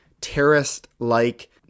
terrorist-like